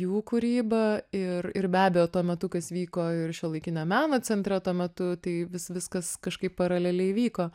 jų kūryba ir ir be abejo tuo metu kas vyko ir šiuolaikinio meno centre tuo metu tai vis viskas kažkaip paraleliai vyko